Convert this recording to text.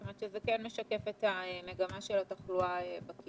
זאת אומרת, זה כן משקף את מגמת התחלואה בקהילה.